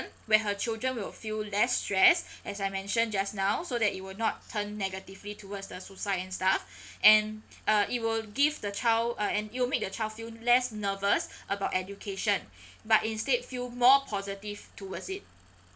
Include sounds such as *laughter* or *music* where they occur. where her children will feel less stress *breath* as I mentioned just now so that it will not turn negatively towards the suicide and stuff *breath* and uh it will give the child uh and it'll make the child feel less nervous *breath* about education *breath* but instead feel more positive towards it